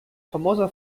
famosa